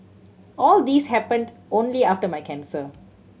all these happened only after my cancer